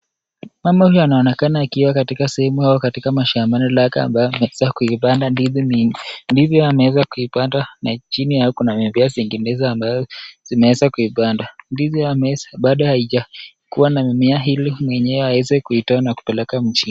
Mama huyu anaonekana akiwa katika sehemu aukatika mashambani ambayo ameweza kuipanda ndizi mingi, ndivyo ameweza kuipanda na chini yake kuna viazi inginezo ambayo ameweza kuipanda. Ndizi bado haijakuwa na mimea ili mwenyewe aweze kuitoa na kuipeleka mjini.